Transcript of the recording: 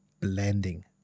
blending